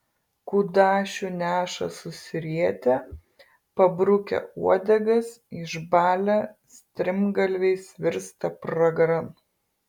kudašių neša susirietę pabrukę uodegas išbalę strimgalviais virsta pragaran